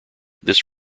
this